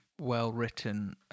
well-written